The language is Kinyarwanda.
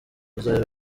uzabera